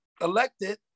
elected